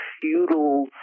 feudal